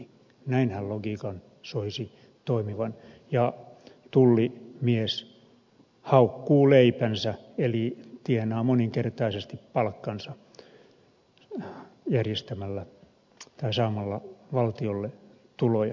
näinhän logiikan soisi toimivan ja tullimies haukkuu leipänsä eli tienaa moninkertaisesti palkkansa saamalla valtiolle tuloja